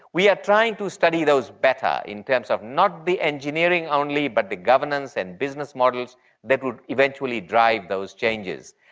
we are trying to study those better in terms of not the engineering only but the governance and business models that would eventually drive those changes.